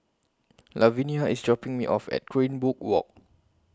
Lavenia IS dropping Me off At Greenwood Walk